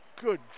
Good